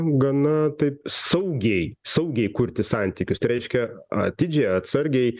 gana taip saugiai saugiai kurti santykius tai reiškia atidžiai atsargiai